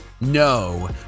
no